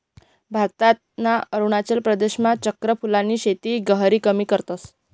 भारतना अरुणाचल प्रदेशमा चक्र फूलनी शेती गहिरी कमी करतस